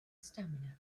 stamina